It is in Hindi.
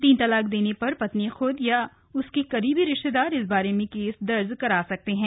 तीन तलाक देने पर पत्नी खुद या उसके करीबी रिश्तेदार ही इस बारे में केस दर्ज करा सकेंगे